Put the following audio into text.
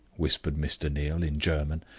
whispered mr. neal, in german.